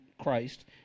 Christ